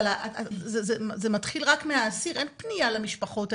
זה מתחיל רק מהאסיר, אין פניה למשפחות האלה.